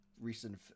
recent